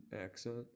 accent